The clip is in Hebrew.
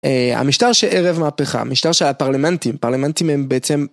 המשטר שערב מהפכה משטר של הפרלמנטים פרלמנטים הם בעצם.